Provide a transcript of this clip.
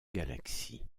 galaxies